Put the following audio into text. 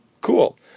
Cool